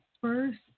first